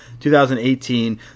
2018